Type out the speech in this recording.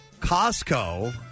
Costco